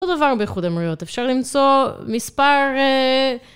אותו דבר באיחוד אמירויות, אפשר למצוא מספר...